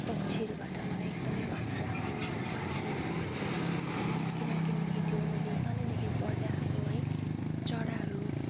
पक्षीहरूबाट मलाई एकदमै घरमा राख्न मलाई पाल्न मलाई मनपर्छ किन किनकि त्यो मैले सानोदेखि पढ्दैआएको हो है चराहरू